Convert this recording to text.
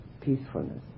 peacefulness